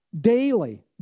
Daily